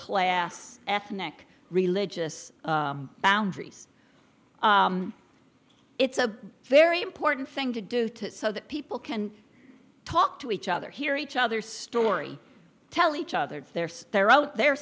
class ethnic religious boundaries it's a very important thing to do to so that people can talk to each other hear each other's story tell each other their stare out their